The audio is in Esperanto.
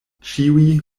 ĉiuj